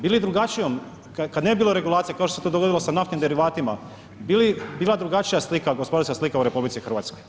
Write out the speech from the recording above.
Bili drugačijom, kad ne bi bilo regulacije, kao što se to dogodilo s naftnim derivatima, bi li bila drugačija slika, gospodarska slika u RH?